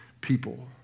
people